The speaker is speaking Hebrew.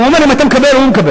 הוא אומר, אם אתה מקבל הוא מקבל.